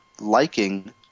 liking